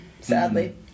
sadly